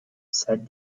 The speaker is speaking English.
said